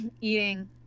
eating